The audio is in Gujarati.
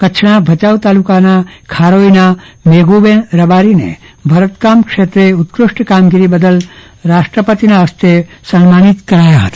કચ્છના ભચાઉ તાલુકાના ખારોઈના મેગબન રબારીને ભરતકામ ક્ષેત્રે ઉત્કષ્ટ કામગીરી બદલ રાષ્ટ્રપતિના હસ્તે સન્માનિત કરાયા હતા